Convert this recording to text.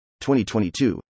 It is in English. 2022